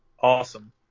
Awesome